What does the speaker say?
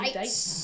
dates